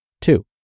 Two